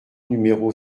numéro